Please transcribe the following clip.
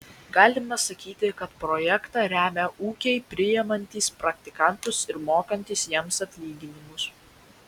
galima sakyti kad projektą remia ūkiai priimantys praktikantus ir mokantys jiems atlyginimus